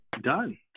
done